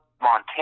Montana –